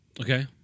okay